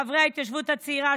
חברי ההתיישבות הצעירה,